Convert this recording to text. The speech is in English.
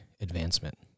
advancement